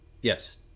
yes